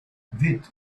vite